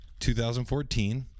2014